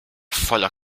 voller